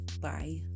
Bye